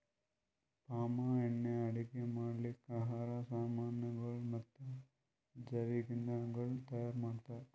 palm ಎಣ್ಣಿ ಅಡುಗಿ ಮಾಡ್ಲುಕ್, ಆಹಾರ್ ಸಾಮನಗೊಳ್ ಮತ್ತ ಜವಿಕ್ ಇಂಧನಗೊಳ್ ತೈಯಾರ್ ಮಾಡ್ತಾರ್